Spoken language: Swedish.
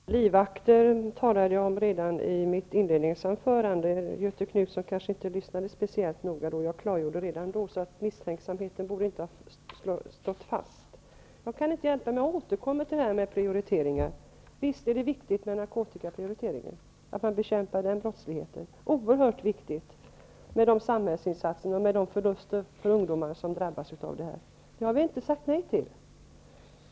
Fru talman! Livvakter talade jag om redan i mitt inledningsanförande. Göthe Knutson kanske inte lyssnade speciellt noga då. Jag klargjorde detta redan då. Misstänksamheten borde inte ha stått fast. Jag kan inte hjälpa det, men jag återkommer till prioriteringarna. Visst är det viktigt med narkotikaprioriteringen, att man bekämpar den brottsligheten. Det är oerhört viktigt med samhällsinsatser för de ungdomar som drabbas av detta. Det har vi inte sagt nej till.